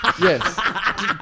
Yes